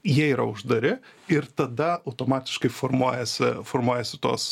jie yra uždari ir tada automatiškai formuojasi formuojasi tos